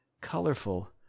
colorful